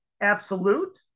absolute